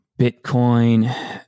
Bitcoin